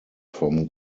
from